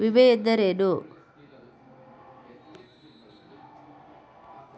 ವಿಮೆ ಎಂದರೇನು?